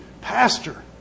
Pastor